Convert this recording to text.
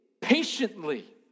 patiently